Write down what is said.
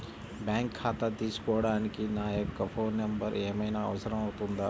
Bank ఖాతా తీసుకోవడానికి నా యొక్క ఫోన్ నెంబర్ ఏమైనా అవసరం అవుతుందా?